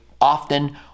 often